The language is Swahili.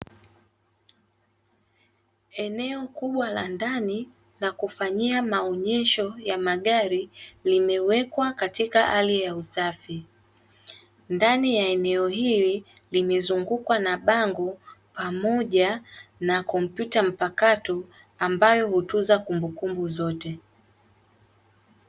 Eneo kubwa la ndani la kufanyia maonyesho ya magari limewekwa katika hali ya usafi. Ndani ya eneo hili limezungukwa na bango, pamoja na kompyuta mpakato ambayo hutunza kumbukumbu zote.